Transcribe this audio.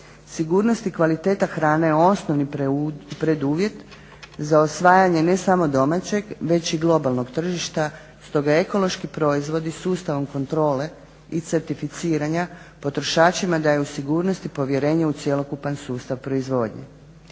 Sigurnost i kvaliteta hrane je osnovni preduvjet za osvajanje ne samo domaćeg već i globalnog tržišta stoga ekološki proizvod i sustavom kontrole i certificiranja potrošačima daje sigurnost i povjerenje u cjelokupan sustav proizvodnje.